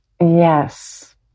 Yes